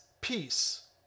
peace